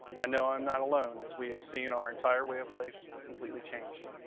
i know i'm not alone as we have seen our entire way of life completely changed